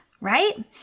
right